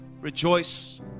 rejoice